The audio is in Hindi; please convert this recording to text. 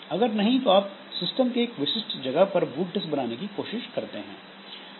अगर नहीं तो आप सिस्टम के एक विशिष्ट जगह पर बूट डिस्क बनाने की कोशिश कर सकते हैं